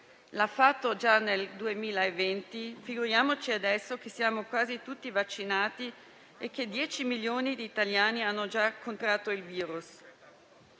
l'ha fatto già nel 2020, figuriamoci adesso che siamo quasi tutti vaccinati e che 10 milioni di italiani hanno già contratto il virus.